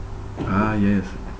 ah yes